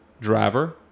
driver